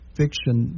fiction